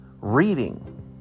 reading